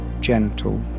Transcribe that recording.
gentle